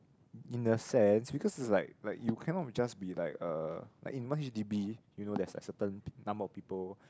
in a sense because is like like you cannot just be like a like in one H_D_B you know there's like certain number of people